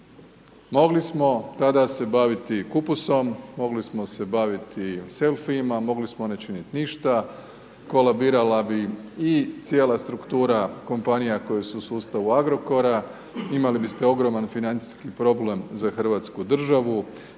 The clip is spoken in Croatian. Mogli smo tada se baviti kupusom, mogli smo se baviti selfiima, mogli smo ne činiti ništa, kolabirala bi i cijela struktura kompanija koje su u sustavu Agrokora, imali biste ogromni financijski problem za Hrvatsku državu,